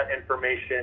information